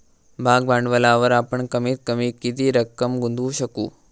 भाग भांडवलावर आपण कमीत कमी किती रक्कम गुंतवू शकू?